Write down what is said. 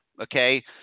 Okay